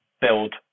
build